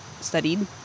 studied